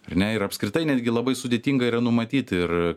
ar ne ir apskritai netgi labai sudėtinga yra numatyti ir